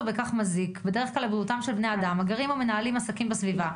מזיק לבריאותם של בני אדם הגרים או מתנהלים בסביבה,